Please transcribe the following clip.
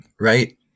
Right